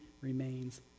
remains